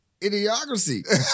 idiocracy